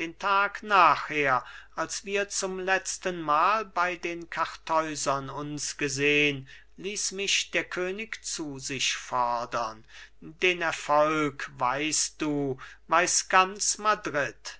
den tag nachher als wir zum letztenmal bei den kartäusern uns gesehn ließ mich der könig zu sich fordern den erfolg weißt du weiß ganz madrid